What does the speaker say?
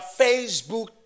Facebook